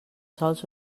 sols